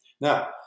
Now